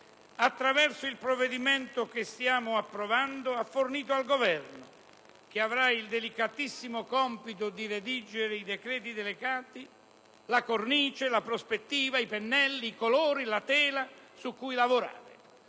attraverso il provvedimento che stiamo approvando, ha fornito al Governo, che avrà il delicatissimo compito di redigere i decreti delegati, la cornice, la prospettiva, i pennelli, i colori, la tela su cui lavorare.